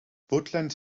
woodland